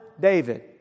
David